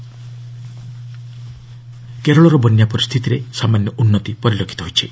Kerala rain କେରଳର ବନ୍ୟା ପରିସ୍ଥିତିରେ ସାମାନ୍ୟ ଉନ୍ନତି ପରିଲକ୍ଷିତ ହୋଇଛି